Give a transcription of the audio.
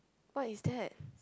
what is that